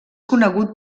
conegut